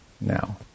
now